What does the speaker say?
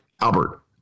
Albert